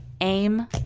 aim